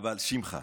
אבל שמחה,